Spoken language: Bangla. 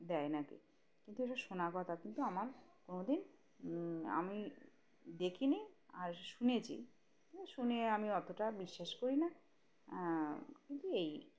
দেয় নাাকি কিন্তু এটা শোনা কথা কিন্তু আমার কোনোদিন আমি দেখিনি আর শুনেছি শুনে আমি অতটা বিশ্বাস করি না কিন্তু এই